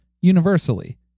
universally